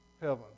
heaven